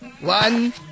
One